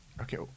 Okay